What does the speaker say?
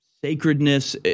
sacredness